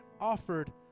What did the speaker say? offered